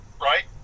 right